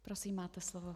Prosím, máte slovo.